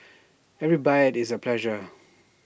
every bite is A pleasure